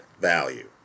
value